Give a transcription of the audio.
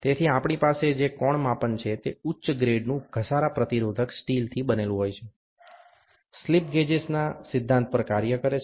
તેથી આપણી પાસે જે કોણ માપન છે તે ઉચ્ચ ગ્રેડનું ઘસારા પ્રતિરોધક સ્ટીલથી બનેલું હોય છે સ્લિપ ગેજીસના સિદ્ધાંત પર કાર્ય કરે છે